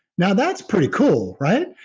now that's pretty cool, right?